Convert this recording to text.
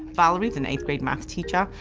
valerie's an eighth grade math teacher,